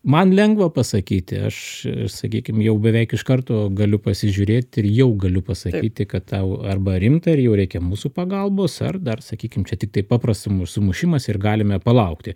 man lengva pasakyti aš sakykim jau beveik iš karto galiu pasižiūrėti ir jau galiu pasakyti kad tau arba rimta ir jau reikia mūsų pagalbos ar dar sakykim čia tiktai paprastam sumušimas ir galime palaukti